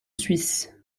suisse